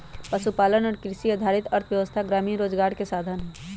पशुपालन और कृषि आधारित अर्थव्यवस्था ग्रामीण रोजगार के साधन हई